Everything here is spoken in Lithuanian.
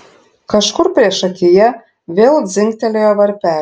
kažkur priešakyje vėl dzingtelėjo varpelis